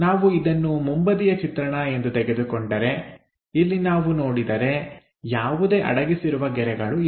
ನಾವು ಇದನ್ನು ಮುಂಬದಿಯ ಚಿತ್ರಣ ಎಂದು ತೆಗೆದುಕೊಂಡರೆ ಇಲ್ಲಿ ನಾವು ನೋಡಿದರೆ ಯಾವುದೇ ಅಡಗಿಸಿರುವ ಗೆರೆಗಳು ಇಲ್ಲ